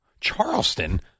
Charleston